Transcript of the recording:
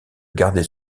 garder